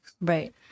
Right